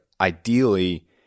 ideally